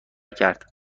کرد